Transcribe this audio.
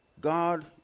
God